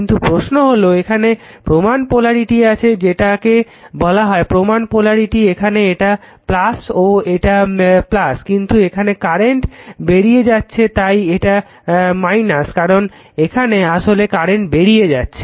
কিন্তু প্রশ্ন হলো এখানে প্রমান পোলারিটি আছে যেটাকে বলা হয় প্রমান পোলারিটি এখানে এটা ও এখানে এটা কিন্তু এখানে কারেন্ট বেরিয়ে যাচ্ছে তাই এটা - কারণ এখানে আসলে কারেন্ট বেরিয়ে যাচ্ছে